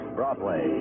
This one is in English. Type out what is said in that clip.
Broadway